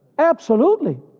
absolutely,